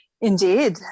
Indeed